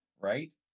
right